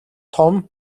том